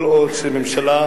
כל עוד ממשלה,